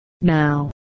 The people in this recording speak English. now